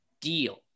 deal